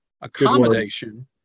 Accommodation